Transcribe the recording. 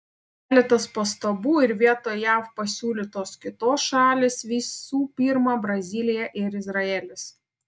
gauta keletas pastabų ir vietoj jav pasiūlytos kitos šalys visų pirma brazilija ir izraelis